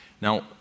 Now